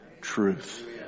truth